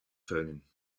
föhnen